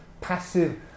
passive